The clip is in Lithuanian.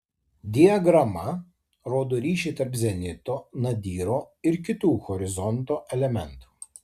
diagrama rodo ryšį tarp zenito nadyro ir kitų horizonto elementų